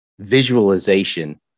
Visualization